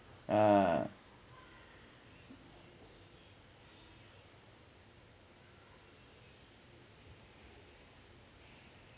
uh